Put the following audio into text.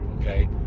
okay